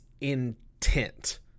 intent